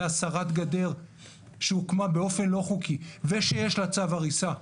והסרת גדר שהוקמה באופן לא חוקי ושיש לה צו הריסה,